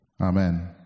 Amen